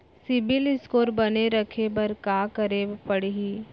CIBIL score बने रखे बर का करे पड़ही?